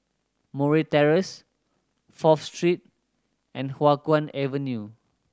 Murray Terrace Fourth Street and Hua Guan Avenue